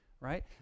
right